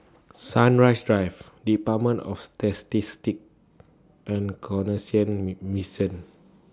Sunrise Drive department of Statistics and Canossian Me Mission